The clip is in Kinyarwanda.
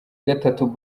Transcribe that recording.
gatatu